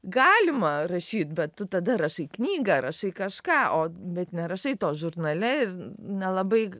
galima rašyt bet tu tada rašai knygą rašai kažką o bet nerašai to žurnale ir nelabai